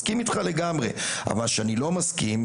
אבל אני לא מסכים,